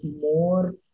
more